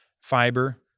fiber